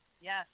Yes